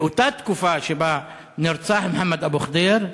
באותה תקופה שבה נרצח מוחמד אבו ח'דיר,